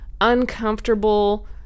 uncomfortable